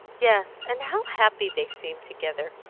yes, and how happy they seem together,